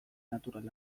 natural